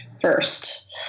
first